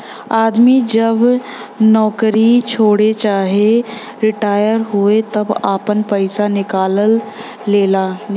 आदमी जब नउकरी छोड़े चाहे रिटाअर होए तब आपन पइसा निकाल लेला